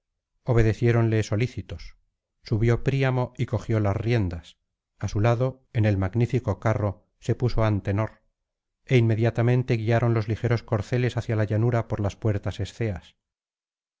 obedeciéronle solícitos subió príamo y cogió las riendas á su lado en el magnífico carro se puso antenor é inmediatamente guiaron los ligeros corceles hacia la llanura por las puertas esceas